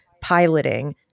piloting